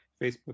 Facebook